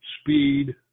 speed